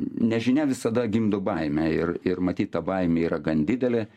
nežinia visada gimdo baimę ir ir matyt ta baimė yra gan didelė